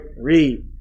Read